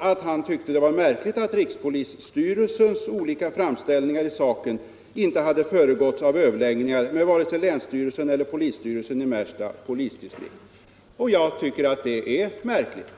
— att han tyckte att det var märkligt att rikspolisstyrelsens olika framställningar i saken inte hade föregåtts av överläggningar med vare sig länsstyrelsen eller polisstyrelsen i Märsta polisdistrikt. Jag tyckte också att det var märkligt.